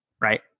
right